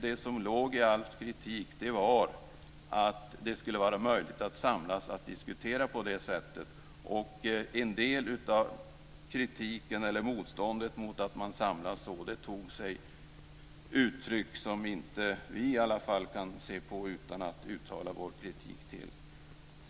Det som låg i Alf Svenssons kritik var att det skulle vara möjligt att samlas och diskutera på det sättet. En del av motståndet mot att man samlas så tog sig uttryck som i alla fall vi inte kan se på utan att uttala vår kritik.